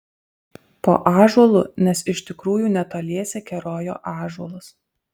po ąžuolu nes iš tikrųjų netoliese kerojo ąžuolas